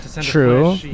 true